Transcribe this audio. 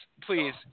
please